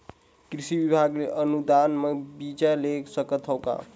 कृषि विभाग ले अनुदान म बीजा ले सकथव का?